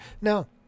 Now